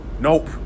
Nope